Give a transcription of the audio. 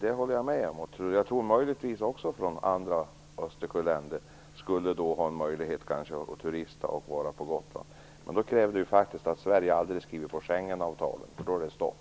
Det håller jag med om. Jag tror också att turister från andra Östersjöländer skulle ha möjlighet att turista på Gotland. Men det kräver att Sverige aldrig skriver på Schengenavtalet, därför att då är det stopp.